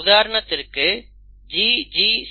உதாரணத்திற்கு GGC